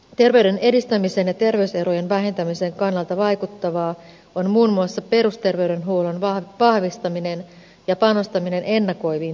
terveyden edistämisen ja terveyserojen vähentämisen kannalta vaikuttavia ovat muun muassa perusterveydenhuollon vahvistaminen ja panostaminen ennakoiviin terveystarkastuksiin